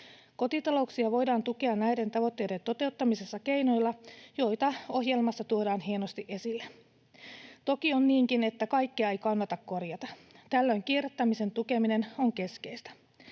Kotitalouksia voidaan tukea näiden tavoitteiden toteuttamisessa keinoilla, joita ohjelmassa tuodaan hienosti esille. Toki on niinkin, että kaikkea ei kannata korjata. Tällöin kierrättämisen tukeminen on keskeistä.